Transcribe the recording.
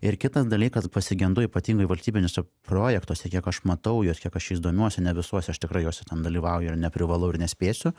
ir kitas dalykas pasigendu ypatingai valstybiniuose projektuose kiek aš matau juos kiek aš jais domiuosi ne visuose aš tikrai juose ten dalyvauju ir neprivalau ir nespėsiu